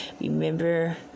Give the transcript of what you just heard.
remember